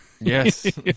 Yes